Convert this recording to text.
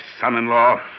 son-in-law